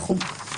וכולי.